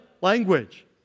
language